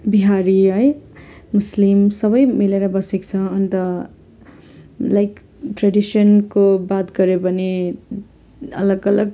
बिहारी है मुस्लिम्स सबै मिलेर बसेको छ अन्त लाइक ट्रेडिसनको बात गर्यो भने अलग अलग